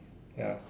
ya